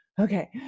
okay